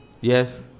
yes